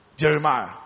Jeremiah